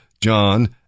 John